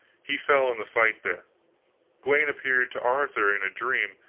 he fell in the fight there gawaine appeared to arthur in a dream,